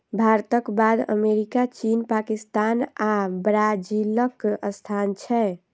भारतक बाद अमेरिका, चीन, पाकिस्तान आ ब्राजीलक स्थान छै